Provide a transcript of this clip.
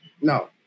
No